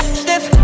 stiff